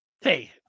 hey